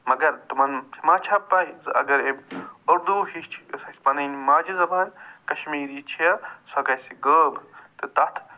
مگر تِمن ما چھےٚ پَے زٕ اگر أمۍ اُردو ہیٚچھ یُس اَسہِ پنٕنۍ ماجہِ کشمیری چھےٚ سۄ گَژھِ غٲب تہٕ تتھ